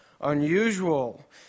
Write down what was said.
unusual